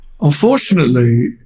unfortunately